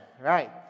Right